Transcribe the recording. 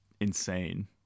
insane